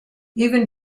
even